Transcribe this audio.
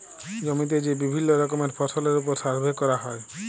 জমিতে যে বিভিল্য রকমের ফসলের ওপর সার্ভে ক্যরা হ্যয়